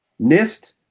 NIST